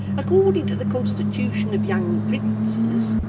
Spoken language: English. according to the constitution of young princes,